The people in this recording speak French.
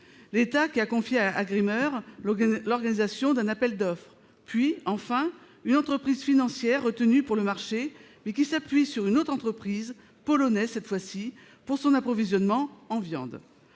l'État, qui a confié à FranceAgriMer l'organisation d'un appel d'offres ; puis, enfin, une entreprise financière retenue pour le marché, mais qui s'appuie sur une autre entreprise, polonaise cette fois-ci, pour son approvisionnement en viande.